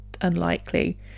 unlikely